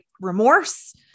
remorse